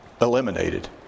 Eliminated